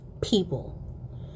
people